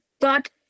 god